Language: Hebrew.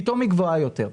פתאום היא גבוהה יותר.